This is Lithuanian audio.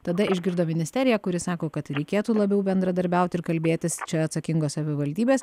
tada išgirdo ministeriją kuri sako kad reikėtų labiau bendradarbiauti ir kalbėtis čia atsakingos savivaldybės